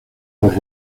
los